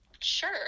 sure